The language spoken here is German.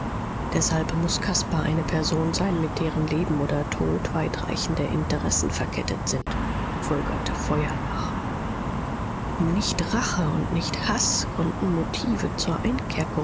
deshalb muß caspar eine person sein mit deren leben oder tod weittragende interessen verkettet sind folgerte feuerbach nicht rache und nicht haß konnten motive zur